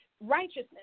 Righteousness